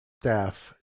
staff